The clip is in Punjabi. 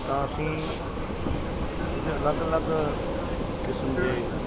ਤਾਂ ਅਸੀਂ ਉਹਦੇ ਅਲੱਗ ਅਲੱਗ ਕਿਸਮ ਦੇ